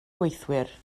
gweithwyr